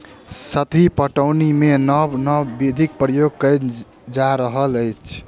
सतही पटौनीमे नब नब विधिक प्रयोग कएल जा रहल अछि